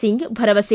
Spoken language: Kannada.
ಸಿಂಗ್ ಭರವಸೆ